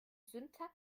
syntax